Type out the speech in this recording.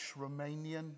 Romanian